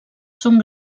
són